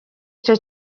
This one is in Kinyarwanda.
icyo